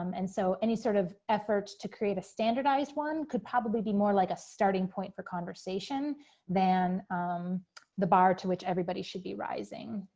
um and so any sort of effort to create a standardized one could probably be more like a starting point for conversation than the bar to which everybody should be rising